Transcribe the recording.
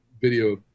video